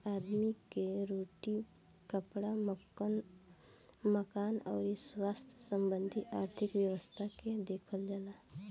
आदमी कअ रोटी, कपड़ा, मकान अउरी स्वास्थ्य संबंधी आर्थिक व्यवस्था के देखल जाला